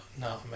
No